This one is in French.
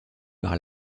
par